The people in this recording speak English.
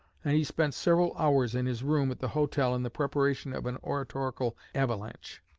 and he spent several hours in his room at the hotel in the preparation of an oratorical avalanche.